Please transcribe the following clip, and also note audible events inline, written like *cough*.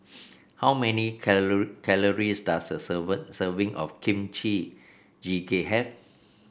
how many *unintelligible* calories does a *unintelligible* serving of Kimchi Jjigae have